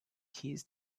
keys